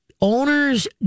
owners